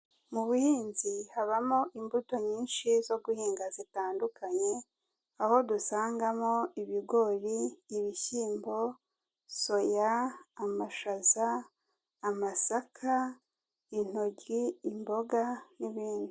Mu buhinzi habamo imbuto nyinshi zo guhinga zitandukanye, aho dusangamo ibigori, ibishyimbo, soya, amashaza, amasaka, intoryi, imboga n'ibindi.